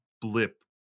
blip